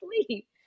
sleep